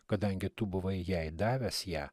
kadangi tu buvai jai davęs ją